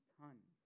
tons